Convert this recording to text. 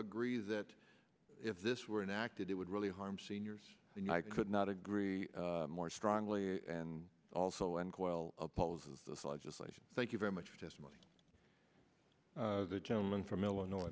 agree that if this were enacted it would really harm seniors and i could not agree more strongly and also and while opposes this legislation thank you very much for testimony the gentleman from illinois